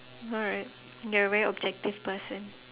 alright you're a very objective person